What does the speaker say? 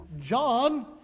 John